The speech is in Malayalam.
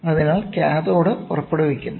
അതിനാൽ കാഥോഡ് പുറപ്പെടുവിക്കുന്നു